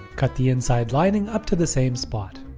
cut the inside lining up to the same spot.